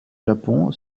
japon